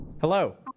hello